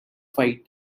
fight